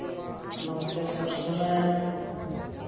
ᱞᱚᱝᱠᱮᱥᱥᱚᱨ Soren